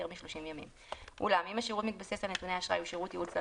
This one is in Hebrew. מ-30 ימים; אולם אם השירות המתבסס על נתוני אשראי שירות ייעוץ ללקוח,